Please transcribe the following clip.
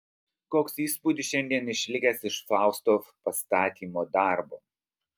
koks įspūdis šiandien išlikęs iš fausto pastatymo darbo